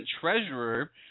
treasurer